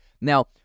Now